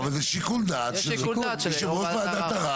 יש שיקול דעת של יושב ראש הוועדה.